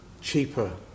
cheaper